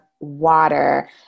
water